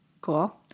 Cool